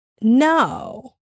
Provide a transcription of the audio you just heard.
No